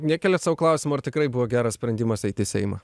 nekeliat sau klausimo ar tikrai buvo geras sprendimas eit į seimą